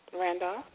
Randolph